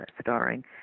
starring